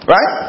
Right